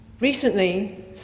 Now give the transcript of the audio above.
recently